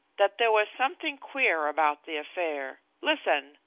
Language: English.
that there was something queer about the affair. listen!